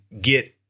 get